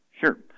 Sure